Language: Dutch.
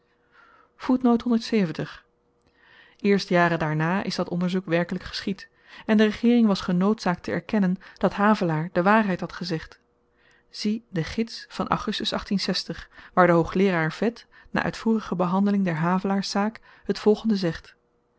eerst jaren daarna is dat onderzoek werkelyk geschied en de regeering was genoodzaakt te erkennen dat havelaar de waarheid had gezegd zie den gids van augustus waar de hoogleeraar veth na uitvoerige behandeling der havelaarszaak het volgende zegt